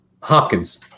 Hopkins